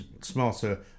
smarter